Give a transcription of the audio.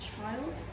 child